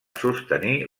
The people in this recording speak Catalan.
sostenir